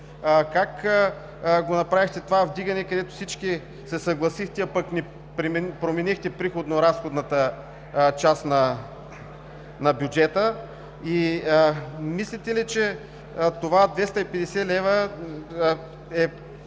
как направихте това вдигане, когато всички се съгласихте, а не променихте приходно-разходната част на бюджета? Мислите ли, че тези 250 лв.